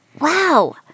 Wow